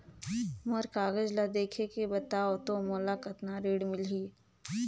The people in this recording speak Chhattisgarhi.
मोर कागज ला देखके बताव तो मोला कतना ऋण मिलही?